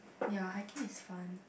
ya hiking is fun